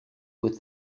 with